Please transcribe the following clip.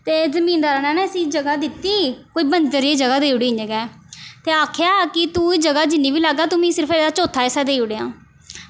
ते जिमींदार ने ना इसी जगह दित्ती कोई बंजर जेही जगह देई ओड़ी इ'यां गै ते आखेआ कि तू कि जगह जिन्नी बी लाह्गा तू मिगी सिर्फ एह्दा चौथा हिस्सा देई ओड़ेआं